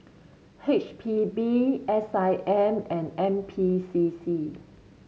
H P B S I M and N P C C